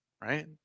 right